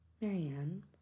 Marianne